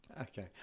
Okay